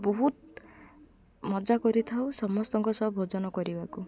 ବହୁତ ମଜା କରିଥାଉ ସମସ୍ତଙ୍କ ସହ ଭୋଜନ କରିବାକୁ